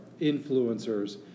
influencers